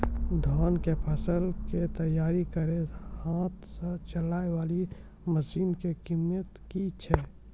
धान कऽ फसल कऽ तैयारी करेला हाथ सऽ चलाय वाला मसीन कऽ कीमत की छै?